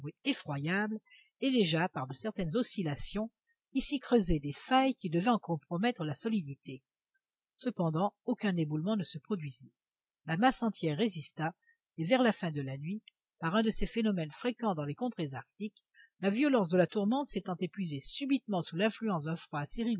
effroyable et déjà par de certaines oscillations il s'y creusait des failles qui devaient en compromettre la solidité cependant aucun éboulement ne se produisit la masse entière résista et vers la fin de la nuit par un de ces phénomènes fréquents dans les contrées arctiques la violence de la tourmente s'étant épuisée subitement sous l'influence d'un froid